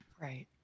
Right